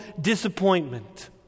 disappointment